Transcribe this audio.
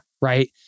right